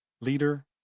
leader